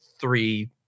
three